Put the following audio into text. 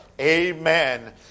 Amen